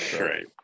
Right